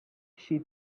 she